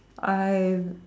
I